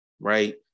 right